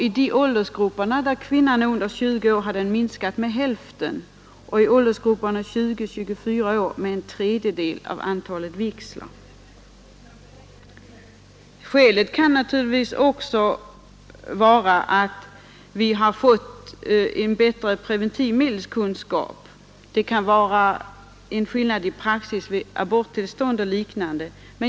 I åldersgrupperna där kvinnan är under 20 år har det skett en minskning med hälften och i åldersgrupperna 20—24 år med en tredjedel av antalet vigslar. Skälet kan naturligtvis också vara att vi har fått en bättre preventivmedelskunskap. Det kan vara en skillnad i praxis vid aborttillstånd och liknande.